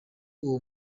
uwo